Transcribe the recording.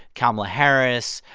kamala harris,